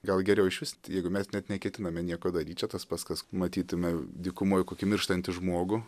gal geriau išvis jeigu mes net neketiname nieko daryti čia tas pats kas matytume dykumoj kokį mirštantį žmogų